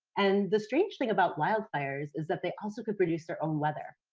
and, the strange thing about wildfires, is that they also could produce their own weather.